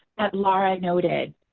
laura noted.